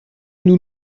nous